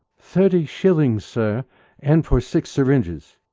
thirty shillings, sir and for six syringes.